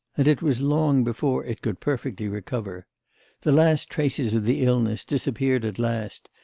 and it was long before it could perfectly recover the last traces of the illness disappeared at last,